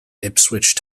ipswich